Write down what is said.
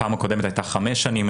הפעם הקודמת הייתה חמש שנים.